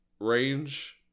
range